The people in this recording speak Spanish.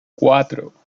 cuatro